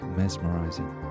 mesmerizing